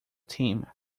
team